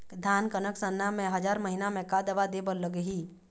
धान कनक सरना मे हजार महीना मे का दवा दे बर लगही?